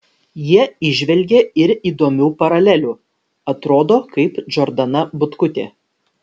jie įžvelgė ir įdomių paralelių atrodo kaip džordana butkutė